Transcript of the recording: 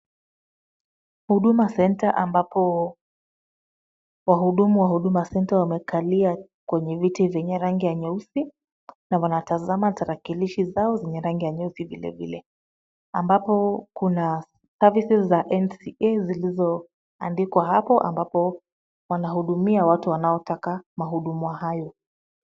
Huduma Center, ambapo wahudumu wa Huduma Center wamekalia kwenye viti vyenye rangi ya nyeusi. Na wanatazama tarakilishi zao zenye rangi ya nyeusi vilevile. Ambapo kuna services za NCA zilizoandikwa hapo, ambapo wanahudumia watu wanaotaka mahudumu hayo.